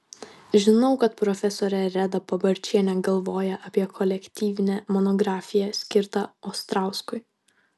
žinau kad profesorė reda pabarčienė galvoja apie kolektyvinę monografiją skirtą ostrauskui